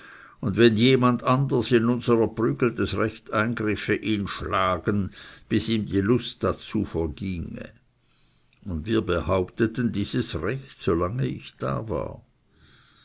und wenn jemand anders in unser erprügeltes recht eingriffe ihn schlagen bis ihm die lust dazu verginge und wir behaupteten dieses recht so lange ich da war